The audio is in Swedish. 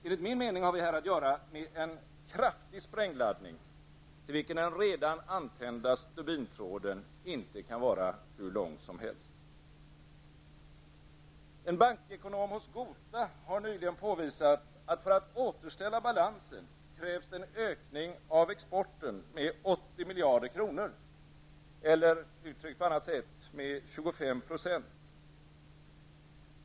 Enligt min mening har vi här att göra med en kraftig sprängladdning, till vilken den redan antända stubintråden inte kan vara hur lång som helst. En bankekonom hos Gota har nyligen påvisat att för att återställa balansen krävs det en ökning av exporten med 80 miljarder kronor eller, uttryckt på annat sätt, med 25 %.